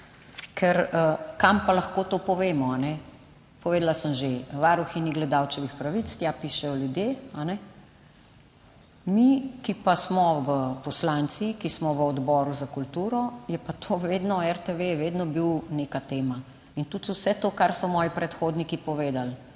ker, kam pa lahko to povemo, kajne? Povedala sem že varuhinji gledalčevih pravic, tja pišejo ljudje, kajne? Mi, ki pa smo poslanci, ki smo v Odboru za kulturo, je pa to vedno RTV vedno bil neka tema in tudi vse to, kar so moji predhodniki povedali,